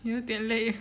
有点累